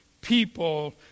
people